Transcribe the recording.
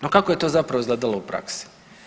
No, kako je to zapravo izgledalo u praksi.